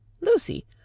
Lucy